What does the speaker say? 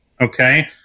Okay